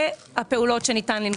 הפעולות שניתן לנקוט כנגדה.